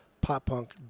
pop-punk